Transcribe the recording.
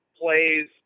plays